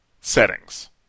settings